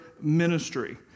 ministry